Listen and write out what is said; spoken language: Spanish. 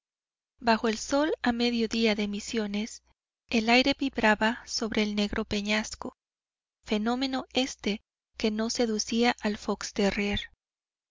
bajo el sol a mediodía de misiones el aire vibraba sobre el negro peñasco fenómeno éste que no seducía al